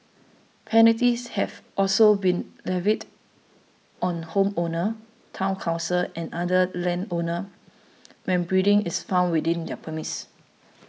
penalties have also been levied on homeowners Town Councils and other landowners when breeding is found within their premises